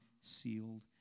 sealed